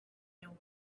you